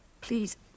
Please